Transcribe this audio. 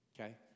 Okay